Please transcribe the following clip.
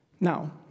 Now